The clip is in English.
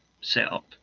setup